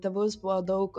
tėvus buvo daug